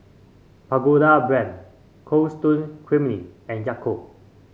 Pagoda Brand Cold Stone Creamery and Yakult